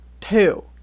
two